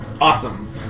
Awesome